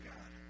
God